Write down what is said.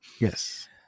Yes